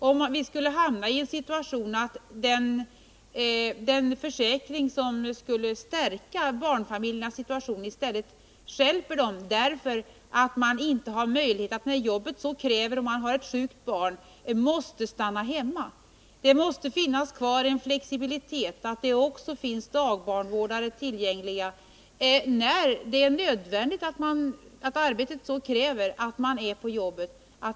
Vi riskerar nu att hemna i den situation att den försäkring som skulle stärka barnfamiljernas situation i stället stjälper dem, därför att föräldrarna när de har ett sjukt barn måste stanna hemma därför att ingen barnvård nu finns tillgänglig. Det måste finnas kvar en flexibilitet, så att det finns barnvårdare tillgängliga när arbetet kräver att en förälder är på jobbet.